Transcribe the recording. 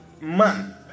man